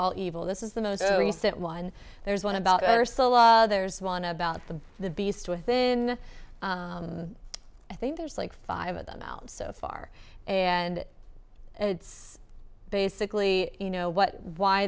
all evil this is the most recent one there's one about there's one about the the beast within i think there's like five of them out so far and it's basically you know what why